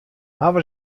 hawwe